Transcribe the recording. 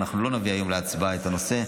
אנחנו לא נביא היום להצבעה את הנושא,